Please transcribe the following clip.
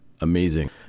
amazing